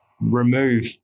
remove